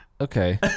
okay